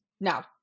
no